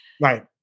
Right